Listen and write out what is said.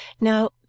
Now